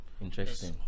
interesting